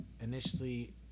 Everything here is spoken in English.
initially